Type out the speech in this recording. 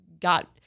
got